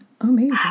Amazing